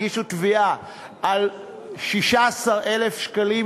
הגישו תביעה על 16,000 שקלים,